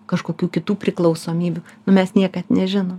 kažkokių kitų priklausomybių mes niekad nežinom